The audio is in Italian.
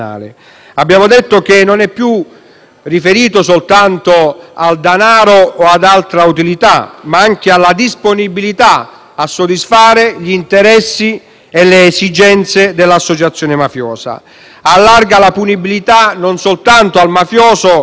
riferito soltanto al danaro o ad altra utilità, ma anche alla disponibilità a soddisfare gli interessi e le esigenze dell'associazione mafiosa; allarga la punibilità non soltanto al mafioso, ma anche all'intermediario;